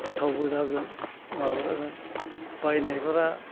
गोथावबो जागोन माबो जागोन बायनायबा